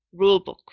rulebook